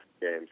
games